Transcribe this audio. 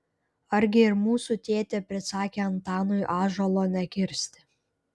argi ir mūsų tėtė prisakė antanui ąžuolo nekirsti